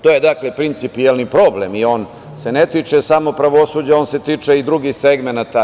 To je principijelni problem i on se ne tiče samo pravosuđa, on se tiče i drugih segmenata.